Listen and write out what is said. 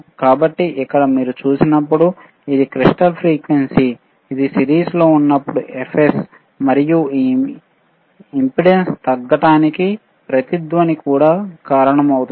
కాబట్టి ఇక్కడ మీరు చూసినప్పుడు ఇది క్రిస్టల్ ఫ్రీక్వెన్సీ ఇది సిరీస్లో ఉన్నప్పుడు fs మరియు ఈ ఇంపెడెన్స్ తగ్గడానికి రెజోనెOట్ కూడా కారణమవుతుంది